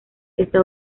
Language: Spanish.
está